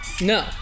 No